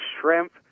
shrimp